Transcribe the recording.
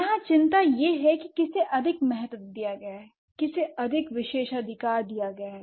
यहां चिंता यह है कि किसे अधिक महत्व दिया गया है किसे अधिक विशेषाधिकार दिया गया है